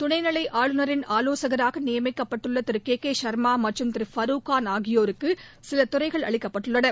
துணைநிலை ஆளுநரின் ஆலோசகராக நியமிக்கப்பட்டுள்ள திரு கே கே ஷர்மா மற்றும் திரு ஃபரூக்கான் ஆகியோருக்கு சில துறைகள் அளிக்கப்பட்டுள்ளன